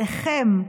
ועליכם,